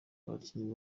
abakinnyi